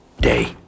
day